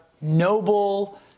noble